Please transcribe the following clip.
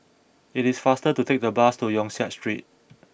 it is faster to take the bus to Yong Siak Street